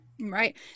right